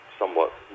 somewhat